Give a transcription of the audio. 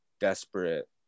desperate